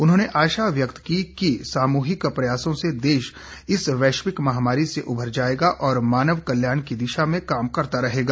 उन्होंने आशा व्यक्त की कि सामुहिक प्रयासों से देश इस वैश्विक महामारी से उभर जाएगा और मानव कल्याण की दिशा में काम करता रहेगा